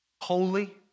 Holy